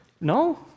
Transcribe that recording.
No